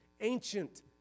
ancient